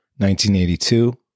1982